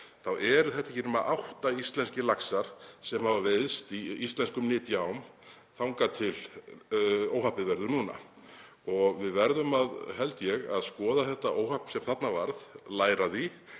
þá eru þetta ekki nema átta íslenskir laxar sem hafa veiðst í íslenskum nytjaám þangað til óhappið verður núna. Við verðum, held ég, að skoða þetta óhapp sem þarna varð og læra af